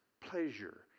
pleasure